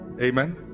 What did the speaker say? Amen